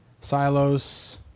Silos